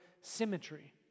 symmetry